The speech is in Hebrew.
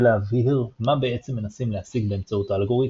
להבהיר מה בעצם מנסים להשיג באמצעות האלגוריתם.